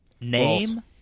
Name